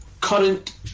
current